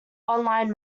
online